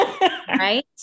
right